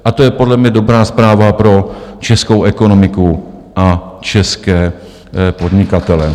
A to je podle mě dobrá zpráva pro českou ekonomiku a české podnikatele.